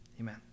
Amen